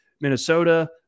Minnesota